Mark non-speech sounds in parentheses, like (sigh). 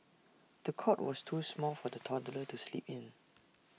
the cot was (noise) too small for the toddler to sleep in